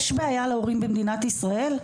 יש בעיה להורים במדינת ישראל?